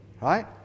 right